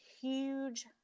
huge